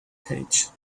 page